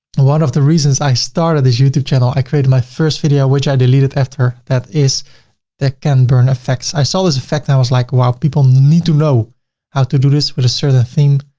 ah one of the reasons i started this youtube channel, i created my first video, which i deleted after that is ken burn effects. i saw this effect. i was like, wow! people need to know how to do this with a certain theme.